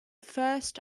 first